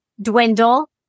dwindle